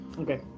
Okay